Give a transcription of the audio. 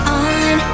on